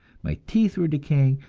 my teeth were decaying,